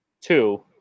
Two